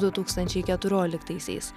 du tūkstančiai keturioliktaisiais